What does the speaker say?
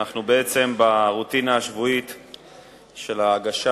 אנחנו בעצם ברוטינה השבועית של ההגשה